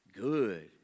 good